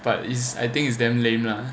but it's I think it's damn lame lah